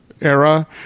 era